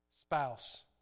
spouse